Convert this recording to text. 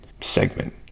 segment